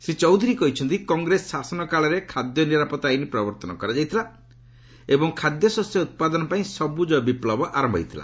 ଶ୍ରୀ ଚୌଧୁରୀ କହିଛନ୍ତି କଂଗ୍ରେସ ଶସନ କାଳରେ ଖାଦ୍ୟ ନିରାପତ୍ତା ଆଇନ୍ ପ୍ରବର୍ତ୍ତନ କରାଯାଇଥିଲା ଏବଂ ଖାଦ୍ୟ ଶସ୍ୟ ଉତ୍ପାଦନ ପାଇଁ ସବୁଜ ବିପ୍ଳବ ଆରମ୍ଭ କରାଯାଇଥିଲା